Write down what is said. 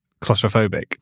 claustrophobic